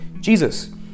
Jesus